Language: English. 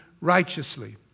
righteously